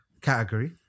category